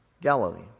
Galilee